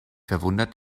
verwundert